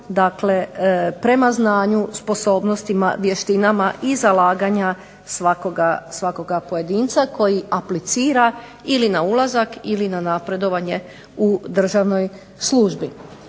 prema znanju, sposobnostima, vještinama i zalaganja svakoga pojedinca, koji aplicira ili na ulazak ili na napredovanje u državnoj službi.